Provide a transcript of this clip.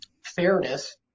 fairness